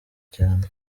cyane